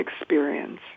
experience